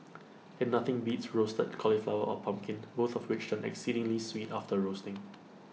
and nothing beats roasted cauliflower or pumpkin both of which turn exceedingly sweet after roasting